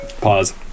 Pause